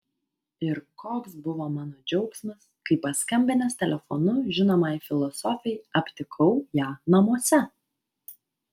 ir koks buvo mano džiaugsmas kai paskambinęs telefonu žinomai filosofei aptikau ją namuose